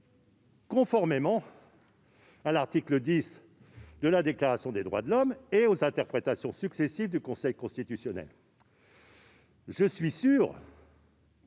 conformément à l'article X de la Déclaration des droits de l'homme et aux interprétations successives du Conseil constitutionnel. Je suis sûr